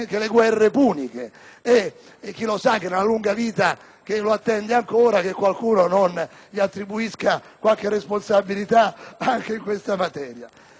Chissà che nella lunga vita che lo attende ancora qualcuno non gli attribuisca qualche responsabilità anche in questa materia.